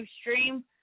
stream